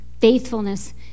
faithfulness